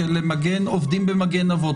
למגן עובדים במגן אבות.